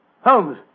Holmes